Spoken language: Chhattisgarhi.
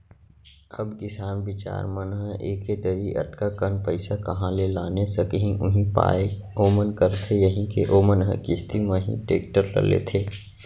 अब किसान बिचार मन ह एके दरी अतका कन पइसा काँहा ले लाने सकही उहीं पाय ओमन करथे यही के ओमन ह किस्ती म ही टेक्टर ल लेथे